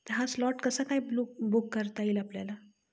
हा स्लॉट कसा काय ब्लुक बुक करता येईल आपल्याला